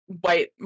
white